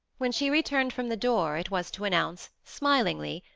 when she returned from the door it was to announce, smilingly,